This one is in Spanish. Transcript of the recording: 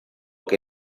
que